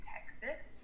Texas